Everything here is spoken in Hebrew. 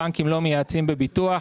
הבנקים לא מייעצים בביטוח.